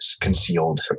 concealed